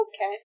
Okay